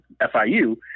FIU